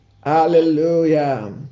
Hallelujah